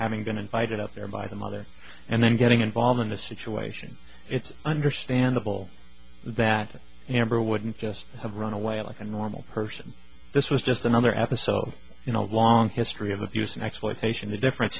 having been invited up there by the mother and then getting involved in the situation it's understandable that amber wouldn't just have run away like a normal person this was just another episode in a long history of abuse and exploitation the difference